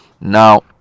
Now